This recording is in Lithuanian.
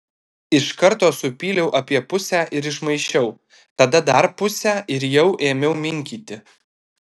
iš karto supyliau apie pusę ir išmaišiau tada dar pusę ir jau ėmiau minkyti